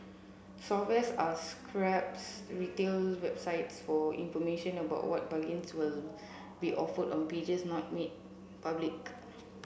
software are scrapes retail websites for information about what bargains will be offered on pages not made public